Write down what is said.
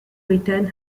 return